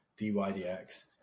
DYDX